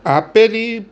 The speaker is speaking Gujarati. આપેલી